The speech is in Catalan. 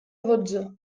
dotze